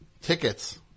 Tickets